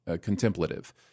contemplative